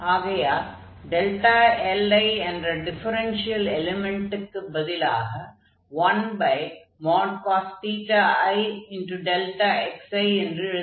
ஆகையால் li என்ற differential எலிமென்ட்டுக்கு பதிலாக 1cos i xi என்று எழுதலாம்